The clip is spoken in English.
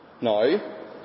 No